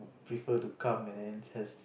prefer to come and then just